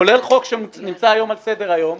כולל חוק שנמצא היום על סדר היום,